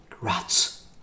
rats